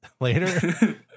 later